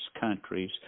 countries